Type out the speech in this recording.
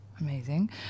Amazing